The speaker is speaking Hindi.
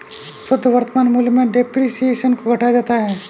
शुद्ध वर्तमान मूल्य में डेप्रिसिएशन को घटाया जाता है